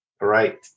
Right